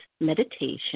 meditation